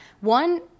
one